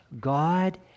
God